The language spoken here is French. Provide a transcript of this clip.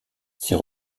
ses